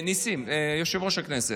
היושב בראש,